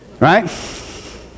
Right